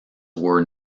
were